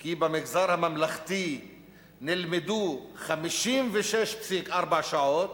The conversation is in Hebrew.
כי במגזר הממלכתי נלמדו 56.4 שעות,